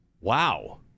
wow